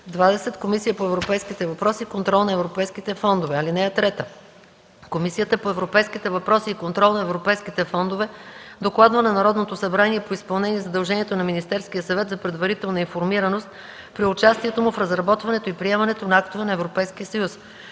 20. Комисия по европейските въпроси и контрол на европейските фондове. (3) Комисията по европейските въпроси и контрол на европейските фондове докладва на Народното събрание по изпълнение задължението на Министерския съвет за предварителна информираност при участието му в разработването и приемането на актове на Европейския съюз.